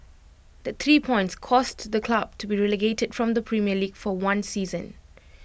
that three points caused the club to be relegated from the premier league for one season